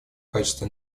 качестве